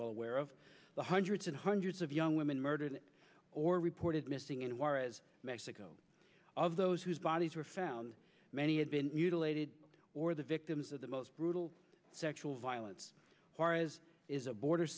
well aware of the hundreds and hundreds of young women murdered or reported missing in juarez mexico of those whose bodies were found many have been mutilated or the victims of the most brutal sexual violence is a border